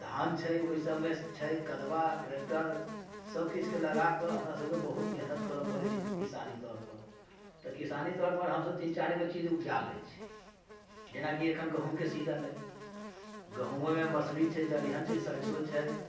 धान छै ओइसबमे छै कदबा ट्रैक्टर सब किछुके लगाके हमरा सबके बहुत मेहनत करऽ पड़ै छै किसानी तौरपर तऽ किसानी तौरपर हमसब तीन चारि गो चीज उपजा लै छी जेनाकि एखन गहुमके सीजन अइ गहुमोमे मसूरी छै दलिहन छै सरिसो छै